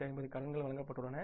44850 கடன்கள் வழங்கப்பட்டுள்ளன